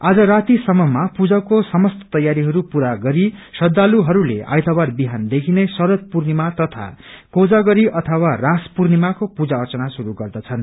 आज राती सम्ममा पुजाको समस्त तयारीहरू पुरा गरी श्रद्धालूहरूले आइतबार बिहानदेखि नै श्ररद पूर्णिमा तथा कोजागरी अथवा रास पूथ्रिमाको पुजा अर्चना शुरू गर्दछन्